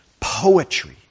poetry